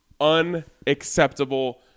unacceptable